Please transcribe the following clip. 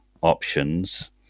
options